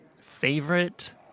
favorite